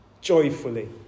joyfully